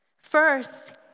First